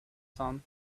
son